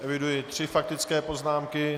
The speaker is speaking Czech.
Eviduji tři faktické poznámky.